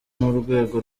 n’urwego